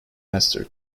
esther